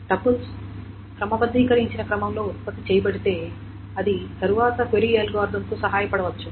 tuples క్రమబద్ధీకరించ బడిన క్రమంలో ఉత్పత్తి చేయబడితే అది తరువాత క్వెరీ అల్గోరిథం కు సహాయపడవచ్చు